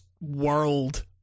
world